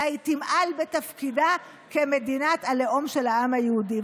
אלא היא תמעל בתפקידה כמדינת הלאום של העם היהודי.